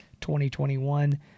2021